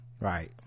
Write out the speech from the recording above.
right